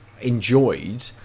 enjoyed